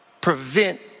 prevent